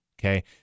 Okay